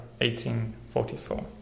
1844